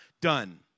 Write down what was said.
done